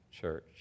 Church